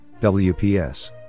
WPS